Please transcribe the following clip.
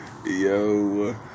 Yo